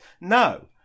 No